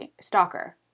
stalker